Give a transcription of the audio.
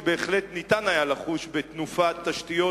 ובהחלט ניתן היה לחוש בתנופת תשתיות,